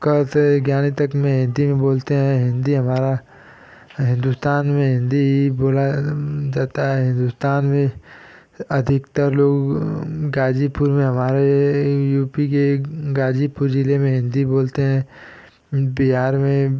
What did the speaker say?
का से ज्ञानी तक में हिन्दी में बोलते हैं हिन्दी हमारा हिंदुस्तान में हिन्दी ही बोला जाता है हिंदुस्तान में अधिकतर लोग गाजीपुर में हमारे यू पी के एक गाजीपुर जिले में हिन्दी बोलते हैं बिहार में